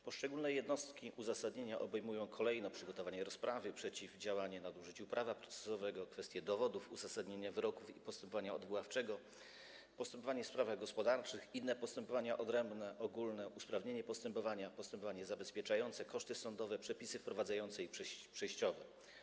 Poszczególne jednostki uzasadnienia obejmują kolejno: przygotowanie rozprawy, przeciwdziałanie nadużyciu prawa procesowego, kwestie dowodów, uzasadnianie wyroków i postępowania odwoławcze, postępowanie w sprawach gospodarczych, inne postępowania odrębne, ogólne usprawnienia postępowania, postępowanie zabezpieczające koszty sądowe, przepisy wprowadzające i przejściowe.